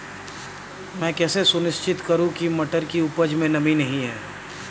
मैं कैसे सुनिश्चित करूँ की मटर की उपज में नमी नहीं है?